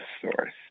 source